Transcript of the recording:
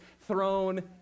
thrown